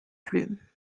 plus